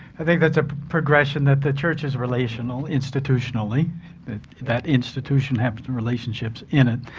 i think that's a progression, that the church is relational institutionally that institution has relationships in it,